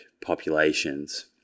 populations